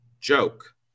joke